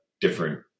different